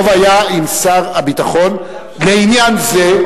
שטוב היה אם שר הביטחון, לעניין זה,